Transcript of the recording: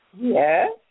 Yes